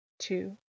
two